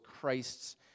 Christ's